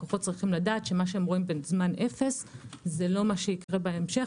לקוחות צריכים לדעת שמה שהם רואים בזמן אפס זה לא מה שיקרה בהמשך